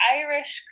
irish